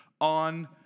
on